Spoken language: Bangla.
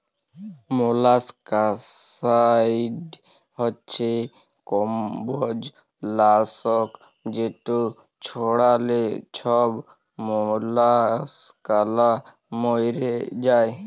মলাসকাসাইড হছে কমবজ লাসক যেট ছড়াল্যে ছব মলাসকালা ম্যইরে যায়